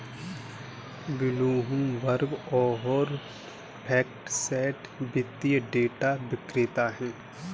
Bloomberg और FactSet वित्तीय data विक्रेता हैं